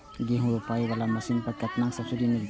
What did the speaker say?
गेहूं रोपाई वाला मशीन पर केतना सब्सिडी मिलते?